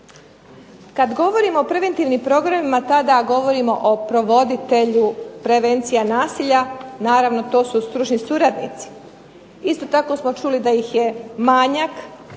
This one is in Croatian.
Kad govorimo o preventivnim programima tada govorimo o provoditelju prevencija nasilja, naravno to su stručni suradnici. Isto tako smo čuli da ih je manjak,